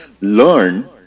learn